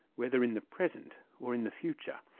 whether in the present or in the future.